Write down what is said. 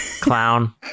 Clown